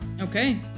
Okay